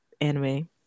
anime